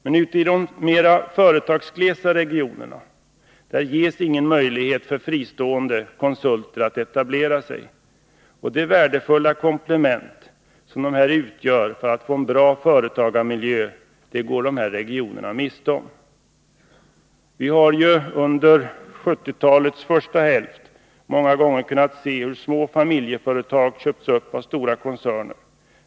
Men ute i de mera företagsglesa regionerna ges ingen möjlighet för fristående konsulter att etablera sig. Det värdefulla komplement som konsulterna utgör för att få en bra företagarmiljö går dessa regioner miste om. Under 1970-talets första hälft har vi många gånger kunnat se hur små familjeföretag köpts upp av stora koncerner.